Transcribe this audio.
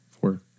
Four